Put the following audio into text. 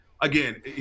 again